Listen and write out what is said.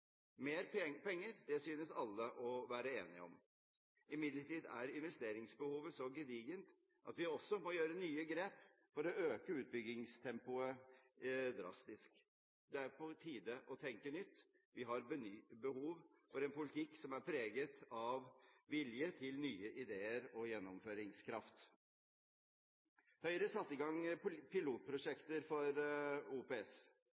Mer penger – det synes alle å være enige om. Imidlertid er investeringsbehovet så gedigent at vi også må gjøre nye grep for å øke utbyggingstempoet drastisk. Det er på tide å tenke nytt. Vi har behov for en politikk som er preget av vilje til nye ideer og gjennomføringskraft. Høyre satte i gang pilotprosjekter for OPS.